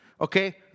Okay